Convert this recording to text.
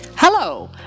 Hello